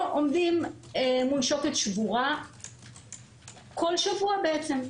עומדים מול שוקת שבורה כל שבוע בעצם,